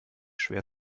schwer